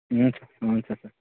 हुन्छ हुन्छ सर